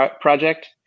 project